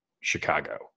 Chicago